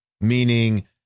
Meaning